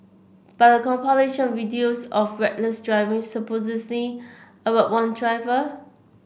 but a of videos of reckless driving about one driver